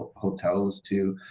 hotels too.